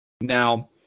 Now